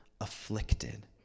afflicted